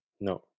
no